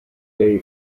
day